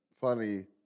funny